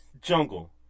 Jungle